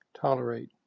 tolerate